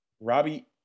Robbie